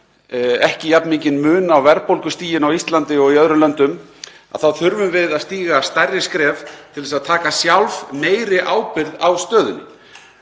ekki jafn mikinn mun á verðbólgustiginu á Íslandi og í öðrum löndum, þá þurfum við að stíga stærri skref til að taka sjálf meiri ábyrgð á stöðunni.